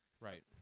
Right